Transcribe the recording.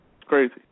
crazy